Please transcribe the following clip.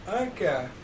Okay